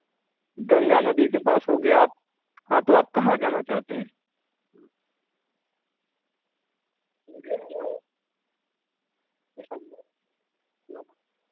गंगा नदी के पास हो गया आप हाँ तो आप कहाँ जाना चाहते हैं